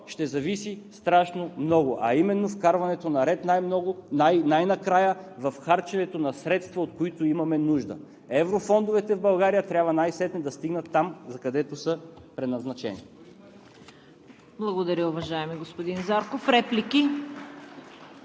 ще зависи страшно много, а именно вкарването на ред най-накрая в харченето на средства, от които имаме нужда. Еврофондовете в България трябва най-сетне да стигнат там, закъдето са предназначени. (Ръкопляскания от „БСП за България“.)